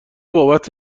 بابت